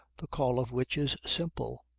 the call of which is simple.